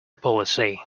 policy